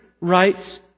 rights